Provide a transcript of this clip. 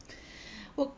我